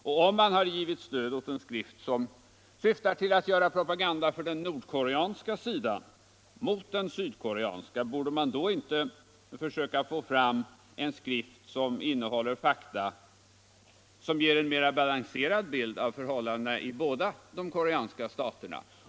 Om man har givit stöd åt en skrift som syftar till att göra propaganda för den nordkoreanska sidan mot den sydkoreanska, borde man då inte försöka få fram en skrift med fakta som gen mera balanserad bild av förhållandena i båda de koreanska staterna?